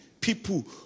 people